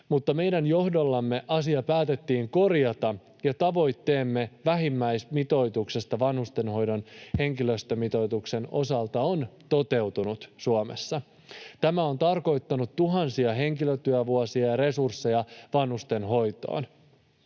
mutta meidän johdollamme asia päätettiin korjata, ja tavoitteemme vähimmäismitoituksesta vanhustenhoidon henkilöstömitoituksen osalta on toteutunut Suomessa. Tämä on tarkoittanut tuhansia henkilötyövuosia ja resursseja vanhustenhoitoon.